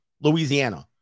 Louisiana